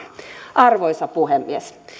arvoisa puhemies